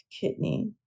Kidney